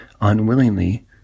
unwillingly